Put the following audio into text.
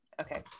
okay